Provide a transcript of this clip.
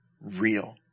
real